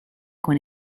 con